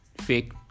fake